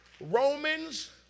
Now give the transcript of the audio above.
Romans